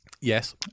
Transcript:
Yes